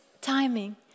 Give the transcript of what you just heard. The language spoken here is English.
timing